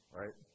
right